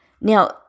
Now